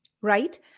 right